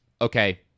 okay